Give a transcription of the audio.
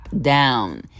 down